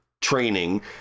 training